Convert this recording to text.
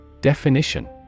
Definition